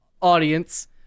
audience